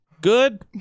Good